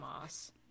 Moss